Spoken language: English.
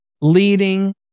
leading